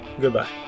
goodbye